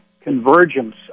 convergence